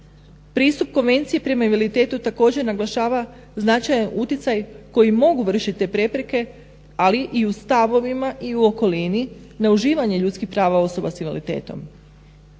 Pristup Konvenciji prema invaliditetu također naglašava značajan utjecaj koji mogu vršiti te prepreke ali i u stavovima i u okolini na uživanje ljudskih prava na osobe s invaliditetom.